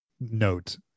note